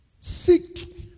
Seek